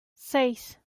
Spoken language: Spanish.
seis